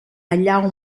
allà